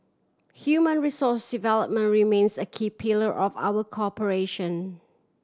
human resource development remains a key pillar of our cooperation